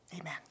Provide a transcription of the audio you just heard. Amen